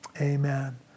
Amen